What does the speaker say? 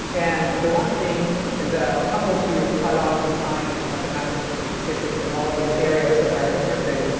and the one thing that humbles you a lot in science, mathematics, like physics, and all of these areas that i have interest in,